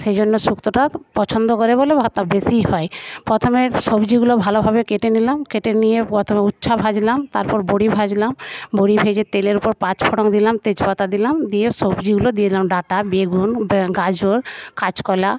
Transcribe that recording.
সেইজন্য শুক্তটা পছন্দ করে বলে ভাতটা বেশিই হয় প্রথমে সবজিগুলো ভালোভাবে কেটে নিলাম কেটে নিয়ে প্রথমে উচ্ছে ভাজলাম তারপর বড়ি ভাজলাম বড়ি ভেজে তেলের উপর পাঁচফোড়ন দিলাম তেজপাতা দিলাম দিয়ে সবজিগুলো দিলাম ডাটা বেগুন গাজর কাঁচকলা